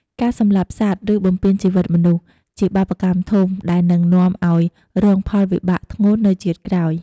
ការសម្លាប់សត្វ ឬបំពានជីវិតមនុស្ស ជាបាបកម្មធំ ដែលនឹងនាំឲ្យរងផលវិបាកធ្ងន់នៅជាតិក្រោយ ។